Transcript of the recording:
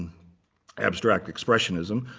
abstract expressionism.